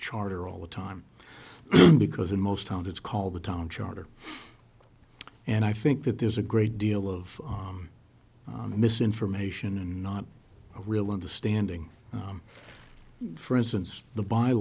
charter all the time because in most towns it's called the town charter and i think that there's a great deal of misinformation and not really understanding for instance the by